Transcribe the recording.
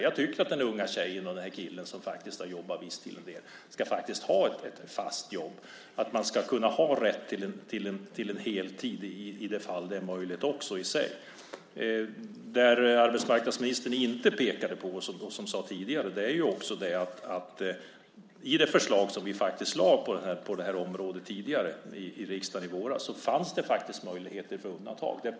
Jag tycker att den unga tjejen och killen som har jobbat viss tid faktiskt ska ha ett fast jobb. Man ska kunna ha rätt till en heltid i det fall där det är möjligt i sig. Det arbetsmarknadsministern inte pekade på och som sades tidigare är att det i det förslag på det här området som vi faktiskt lade fram i våras i riksdagen fanns möjligheter till undantag.